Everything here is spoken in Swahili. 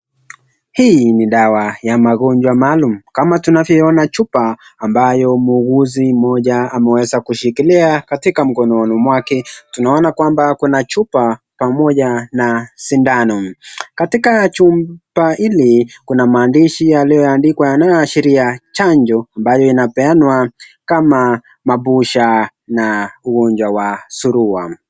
Hii ni dawa ya magonjwa maalum kama tunavyoona picha ambayo muuguzi mmoja ameweza kushikilia katika mkononi mwake. Tunaona kwamba ako na chupa pamoja na sindando. Katika jumba hili kuna maandishi yaliyoandikwa yanayoashiria chanjo ambayo inapeanwa kama mabusha na ugonjwa wa surua.